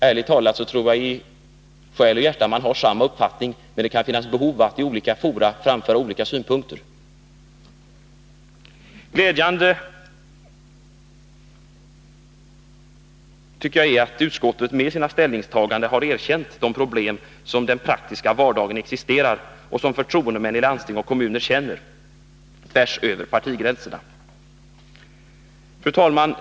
Ärligt talat tror jag att de i själ och hjärta har samma uppfattning, men att det kan finnas behov av att i olika fora framföra olika synpunkter. Det är glädjande att utskottet med sina ställningstaganden har erkänt de problem som i den praktiska vardagen existerar och som förtroendemän i landsting och kommuner, tvärsöver partigränserna, känner osäkerhet inför.